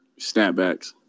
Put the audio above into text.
snapbacks